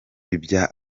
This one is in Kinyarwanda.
ibya